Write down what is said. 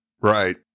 Right